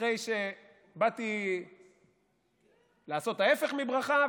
אחרי שבאתי לעשות ההפך מברכה,